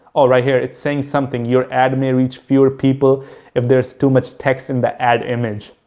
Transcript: oh, right here it saying something, your ad may reach fewer people if there's too much text in the ad image.